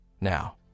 Now